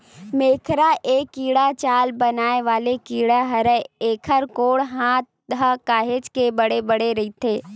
मेकरा ए कीरा जाल बनाय वाले कीरा हरय, एखर गोड़ हात ह काहेच के बड़े बड़े रहिथे